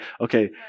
okay